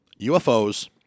UFOs